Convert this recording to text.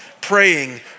praying